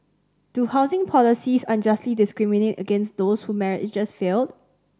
do housing policies unjustly discriminate against those whose marriages failed